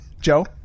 Joe